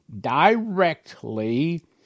directly